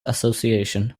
association